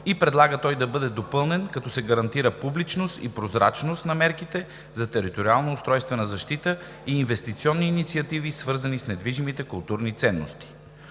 и предлага той да бъде допълнен, като се гарантира публичност и прозрачност на мерките за териториално-устройствена защита и инвестиционните инициативи, свързани с недвижимите културни ценности.